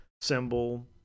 symbol